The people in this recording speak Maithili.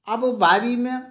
आब ओ बारीमे